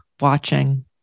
watching